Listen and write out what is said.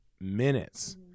minutes